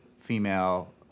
female